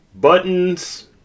Buttons